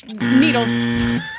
needles